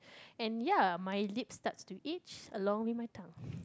and ya my lip starts to itch along with my tongue